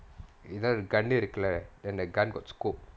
இதுல:ithula gun இருக்குல:irukkula then the gun got scope